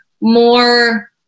more